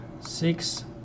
six